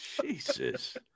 Jesus